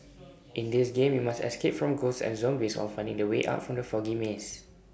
in this game you must escape from ghosts and zombies on finding the way out from the foggy maze